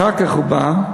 אחר כך הוא בא,